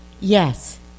Yes